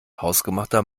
hausgemachter